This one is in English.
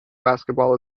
basketball